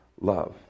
love